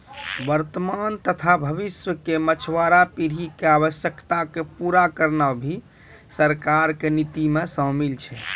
वर्तमान तथा भविष्य के मछुआरा पीढ़ी के आवश्यकता क पूरा करना भी सरकार के नीति मॅ शामिल छै